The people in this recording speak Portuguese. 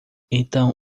então